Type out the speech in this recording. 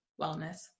wellness